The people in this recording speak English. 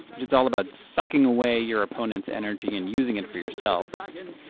which is all about sucking away your opponent's energy and using it for yourself, dragon,